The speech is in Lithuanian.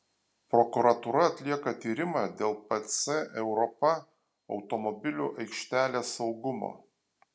prokuratūra atlieka tyrimą dėl pc europa automobilių aikštelės saugumo